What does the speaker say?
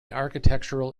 architectural